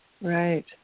right